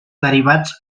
derivats